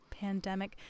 Pandemic